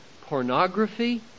pornography